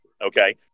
okay